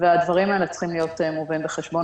והדברים האלה צריכים לבוא בחשבון,